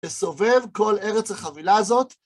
וסובב כל ארץ החבילה הזאת